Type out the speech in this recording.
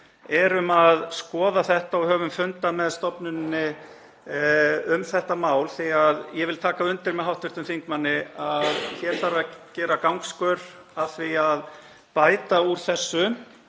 erum að skoða þetta og höfum fundað með stofnuninni um þetta mál. Ég vil taka undir það með hv. þingmanni að hér þarf að gera gangskör að því að bæta úr þessu